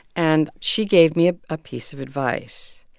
and she gave me a ah piece of advice.